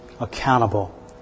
accountable